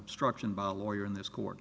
obstruction by a lawyer in this court